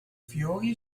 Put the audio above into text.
fiori